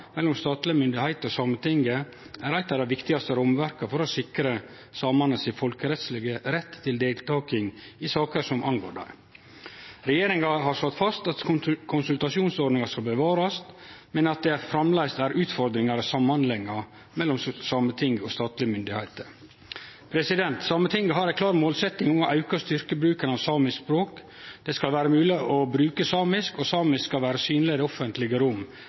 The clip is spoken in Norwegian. mellom statlege myndigheiter og Sametinget er eit av dei viktigaste rammeverka for å sikre samane sin folkerettslege rett til deltaking i saker som angår dei. Regjeringa har slått fast at konsultasjonsordninga skal bevarast, men at det framleis er utfordringar i samhandlinga mellom Sametinget og statlege myndigheiter. Sametinget har ei klar målsetjing om å auke og styrke bruken av samisk språk. Det skal vere mogleg å bruke samisk, og samisk skal vere synleg i det offentlege rom,